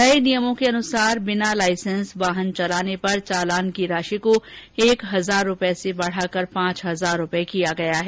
नये नियमों के अनुसार बिना लाइसेंस वाहन चलाने पर चालान की राशि को एक हजार रुपये से बढ़ाकर पाँच हजार रुपये किया गया है